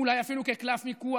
אולי אפילו כקלף מיקוח,